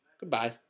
goodbye